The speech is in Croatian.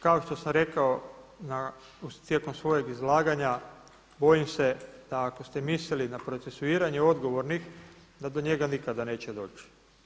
Kao što sam rekao tijekom svojeg izlaganja bojim se da ako ste mislili na procesuiranje odgovornih da do njega nikada neće doći.